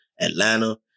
Atlanta